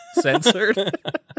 censored